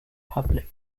public